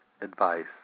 advice